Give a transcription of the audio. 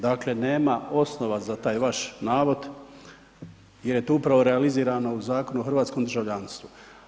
Dakle, nema osnova za taj vaš navod jer je upravo realizirano u Zakonu o hrvatskom državljanstvu.